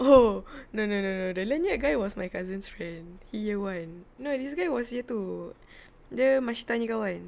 oh no no no no the lanyard guy was my cousin's friend he year one no this guy was year two dia mashita nya kawan